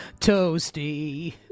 toasty